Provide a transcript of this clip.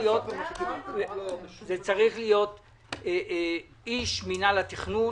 מהנדס איש מינהל התכנון.